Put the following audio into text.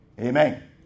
Amen